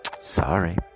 Sorry